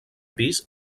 pis